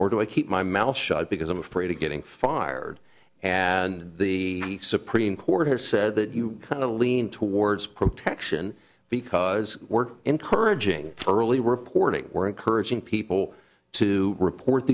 or do i keep my mouth shut because i'm afraid of getting fired and the supreme court has said that you kind of lean towards protection because we're encouraging early reporting or encouraging people to report